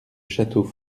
château